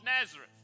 Nazareth